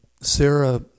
Sarah